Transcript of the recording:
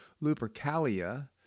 Lupercalia